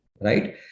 right